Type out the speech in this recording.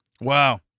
wow